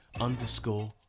underscore